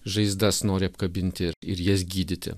žaizdas nori apkabinti ir ir jas gydyti